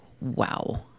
wow